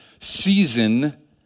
season